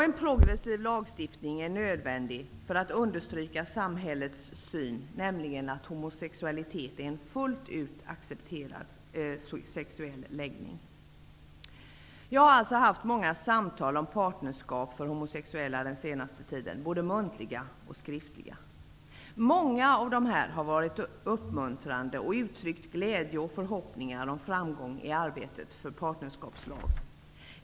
En progressiv lagstiftning är nödvändig för att understryka samhällets syn, nämligen att homosexualitet är en fullt ut accepterad sexuell läggning. Jag har alltså haft många samtal om partnerskap för homosexuella under den senaste tiden, både muntliga och skriftliga. Många har varit uppmuntrande och uttryckt glädje och förhoppningar om framgång i arbetet med en partnerskapslag.